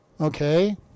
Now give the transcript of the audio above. Okay